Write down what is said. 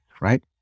right